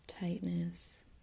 tightness